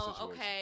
okay